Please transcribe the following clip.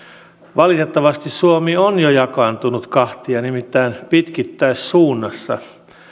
valitettavasti suomi on jo jakaantunut kahtia nimittäin pitkittäissuunnassa